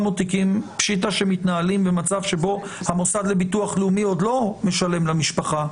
פשיטא שהם מתנהלים במצב שבו המוסד לביטוח לאומי עוד לא משלם למשפחה.